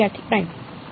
વિદ્યાર્થી પ્રાઈમડ